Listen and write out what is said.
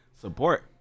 support